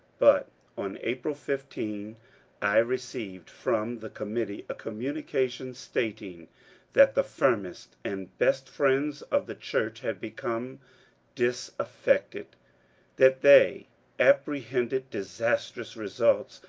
but on april fifteen i received from the committee a conamunication stating that the firmest and best friends of the church had become disaffected, that they appre hended disastrous results,